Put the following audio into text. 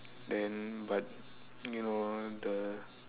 then but you know the